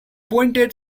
pointed